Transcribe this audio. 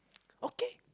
okay